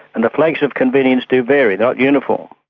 and the flags of convenience do vary not uniform.